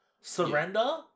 Surrender